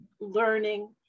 learning